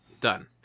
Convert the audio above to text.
Done